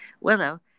Willow